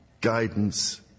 guidance